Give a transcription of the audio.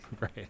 Right